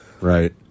Right